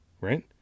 right